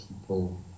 people